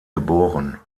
geboren